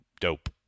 dope